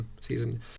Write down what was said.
season